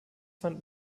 fand